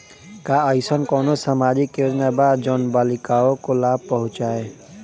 का अइसन कोनो सामाजिक योजना बा जोन बालिकाओं को लाभ पहुँचाए?